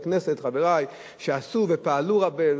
במסגרת הקצרה שיש לנו, אבל